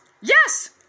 Yes